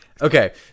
Okay